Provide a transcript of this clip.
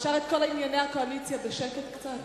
אפשר את כל ענייני הקואליציה, בשקט קצת?